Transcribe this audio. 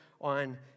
on